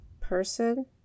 person